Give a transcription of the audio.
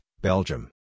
Belgium